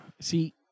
See